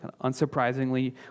unsurprisingly